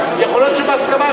יכול להיות שבהסכמה,